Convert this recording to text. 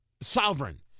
sovereign